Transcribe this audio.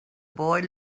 boy